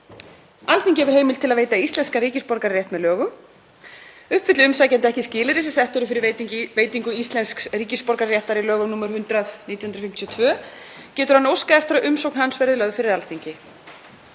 „Alþingi hefur heimild til að veita íslenskan ríkisborgararétt með lögum. Uppfylli umsækjandi ekki skilyrði sem sett eru fyrir veitingu íslensks ríkisborgararéttar í lögum nr. 100/1952 getur hann óskað eftir að umsókn hans verði lögð fyrir Alþingi.